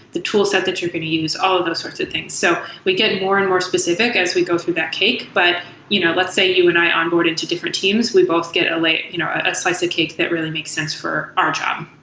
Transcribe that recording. the toolset that you're going to use, all of those sorts of things. so we get more and more specific as we go through that cake. but you know let's say you and i are onboarded to different teams. we both get a you know ah slice of cake that really makes sense for our job.